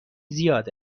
زیاد